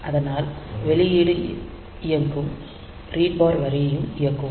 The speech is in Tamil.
அதனால் வெளியீடு இயக்கும் ரீட் பார் வரியும் இயங்கும்